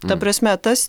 ta prasme tas